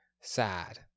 sad